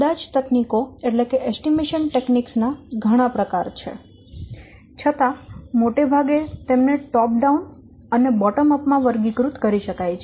અંદાજ તકનીકો નાં ઘણા પ્રકાર છે છતાં મોટે ભાગે તેમને ટોપ ડાઉન અને બોટમ અપ માં વર્ગીકૃત કરી શકાય છે